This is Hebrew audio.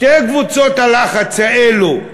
שתי קבוצות הלחץ האלה,